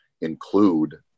include